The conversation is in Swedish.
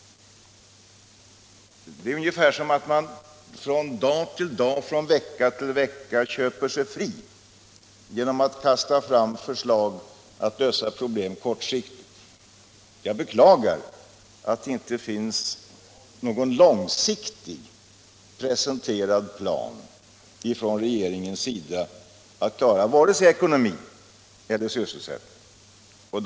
Det är ungefär som om man från dag till dag och från vecka till vecka köpte sig fri genom att kasta fram förslag om kortsiktiga lösningar av problemen. Jag beklagar att regeringen inte presenterar någon långsiktig plan för att klara vare sig ekonomin eller sysselsättningen.